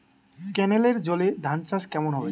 কেনেলের জলে ধানচাষ কেমন হবে?